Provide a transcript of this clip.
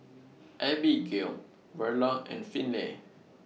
Abbigail Verla and Finley